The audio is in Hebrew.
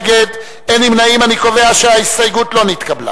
קובע שההסתייגות לא נתקבלה.